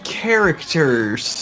characters